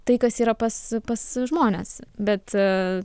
tai kas yra pas pas žmones bet